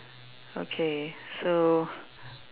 okay so